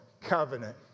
covenant